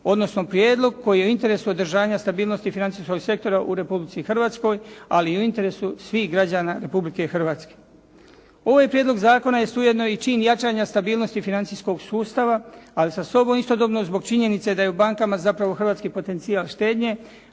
odnosno prijedlog koji je u interesu održanja stabilnosti financijskog sektora u Republici Hrvatskoj, ali je u interesu svih građana Republike Hrvatske. Ovaj prijedlog zakona jest ujedno i čin jačanja stabilnosti financijskog sustava, ali sa sobom istodobno zbog činjenice da je u bankama zapravo hrvatski potencijal štednje